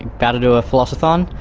about to do a philosothon.